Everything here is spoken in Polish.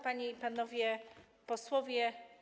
Panie i Panowie Posłowie!